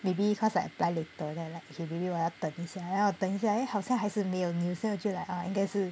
maybe cause like I apply later then I'm like maybe 我要等一下 then 我等一下 eh 好像还是没有 news then 我就 like 应该是